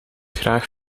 graag